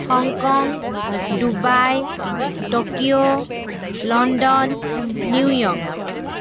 Hong Kong Dubai Tokyo London New York